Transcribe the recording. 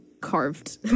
carved